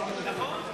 נכון.